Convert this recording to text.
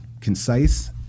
concise